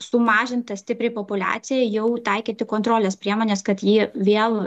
sumažinta stipriai populiacija jau taikyti kontrolės priemones kad ji vėl